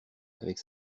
avec